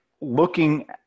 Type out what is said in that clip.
looking